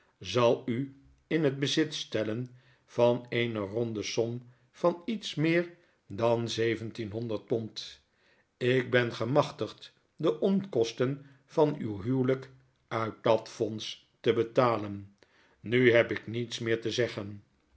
zal u in het bezit stellen van eene ronde som van iets meer dan zeventienhonderd pond ik ben gemachtigd de onkosten van uw huwelijk uit dat fonds te betalen nu heb ik niets meer te zeggen